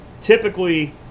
typically